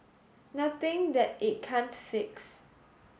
nothing that it can't fix